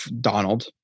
Donald